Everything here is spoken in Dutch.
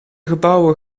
gebouwen